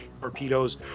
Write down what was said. torpedoes